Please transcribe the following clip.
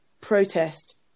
protest